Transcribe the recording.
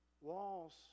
walls